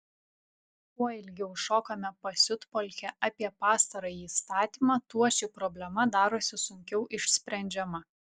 kuo ilgiau šokame pasiutpolkę apie pastarąjį įstatymą tuo ši problema darosi sunkiau išsprendžiama